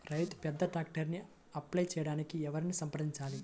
రైతు పెద్ద ట్రాక్టర్కు అప్లై చేయడానికి ఎవరిని సంప్రదించాలి?